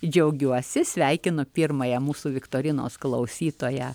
džiaugiuosi sveikinu pirmąją mūsų viktorinos klausytoją